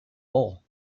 hole